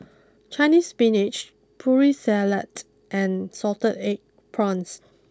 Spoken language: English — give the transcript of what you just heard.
Chinese spinach putri Salad and Salted Egg Prawns